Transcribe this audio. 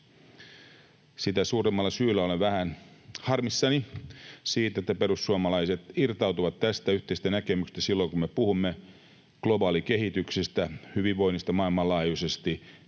Sitä suuremmalla syyllä olen vähän harmissani siitä, että perussuomalaiset irtautuvat tästä yhteisestä näkemyksestä silloin, kun me puhumme globaalikehityksestä, hyvinvoinnista maailmanlaajuisesti,